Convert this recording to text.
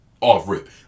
Off-rip